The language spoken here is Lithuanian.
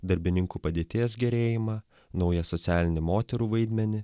darbininkų padėties gerėjimą naują socialinį moterų vaidmenį